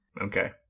Okay